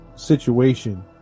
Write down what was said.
Situation